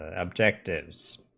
ah objectives